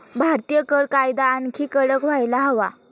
भारतीय कर कायदा आणखी कडक व्हायला हवा